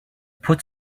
put